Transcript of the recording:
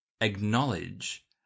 acknowledge